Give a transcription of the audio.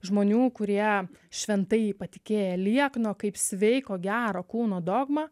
žmonių kurie šventai patikėję liekno kaip sveiko gero kūno dogma